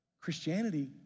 Christianity